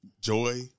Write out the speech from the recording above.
Joy